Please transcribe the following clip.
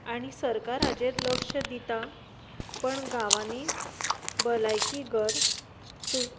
आनी सरकार हाजेर लक्ष्य दिता पूण गांवांनी भलायकी घर सू